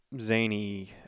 zany